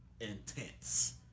intense